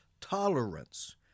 tolerance